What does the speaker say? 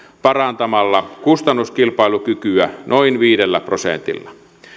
parantamalla kustannuskilpailukykyä noin viidellä prosentilla